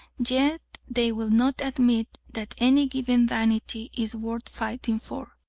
yet they will not admit that any given vanity is worth fighting for.